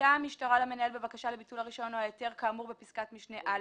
פנתה המשטרה למנהל בבקשה לביטול הרישיון או ההיתר כאמור בפסקת משנה (א),